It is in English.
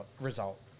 result